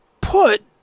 put